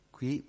Qui